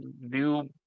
new